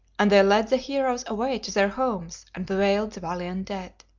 and they led the heroes away to their homes and bewailed the valiant dead.